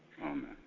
Amen